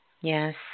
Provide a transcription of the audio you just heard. Yes